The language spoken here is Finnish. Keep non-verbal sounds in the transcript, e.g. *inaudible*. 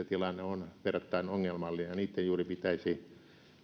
*unintelligible* tilanne on verrattain ongelmallinen ja niitten juuri pitäisi